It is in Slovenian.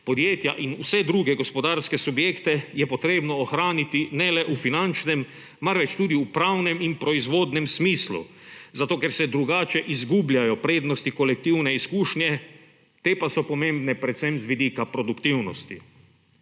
Podjetja in vse druge gospodarske subjekte je potrebno ohraniti ne le v finančnem, marveč tudi v pravnem in proizvodnem smislu, zato ker se drugače izgubljajo prednosti kolektivne izkušnje, te pa so pomembne predvsem z vidika produktivnosti.